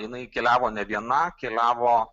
jinai keliavo ne viena keliavo